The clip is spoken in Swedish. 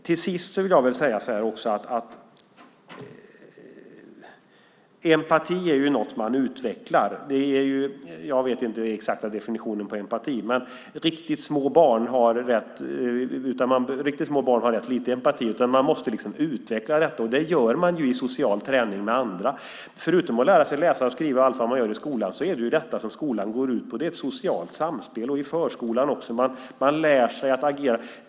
Till sist vill jag också säga att empati är något man utvecklar. Jag vet inte den exakta definitionen på empati. Men riktigt små barn har rätt lite empati. Man måste liksom utveckla detta, och det gör man i social träning med andra. Förutom att lära sig att läsa och skriva och allt vad man gör i skolan är det detta som skolan går ut på. Det är ett socialt samspel, i förskolan också. Man lär sig att agera.